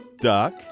Duck